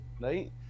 right